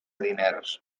diners